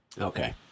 Okay